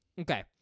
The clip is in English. Okay